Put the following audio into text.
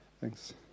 thanks